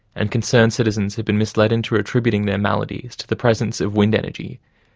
and concerned citizens have been misled into attributing their maladies to the presence of wind energy,